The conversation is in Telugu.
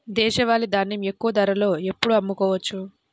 దేశవాలి ధాన్యం ఎక్కువ ధరలో ఎప్పుడు అమ్ముకోవచ్చు?